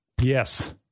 Yes